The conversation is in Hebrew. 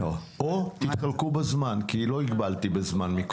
או שתתחלקו בזמן כי לא הגבלתי בזמן קודם.